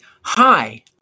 Hi